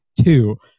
two